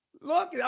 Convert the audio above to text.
look